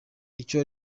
icyo